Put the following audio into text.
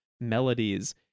melodies